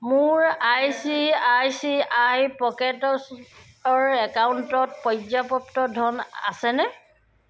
মোৰ I C I C I পকেটছ্ৰ একাউণ্টত পৰ্যাপ্ত ধন আছেনে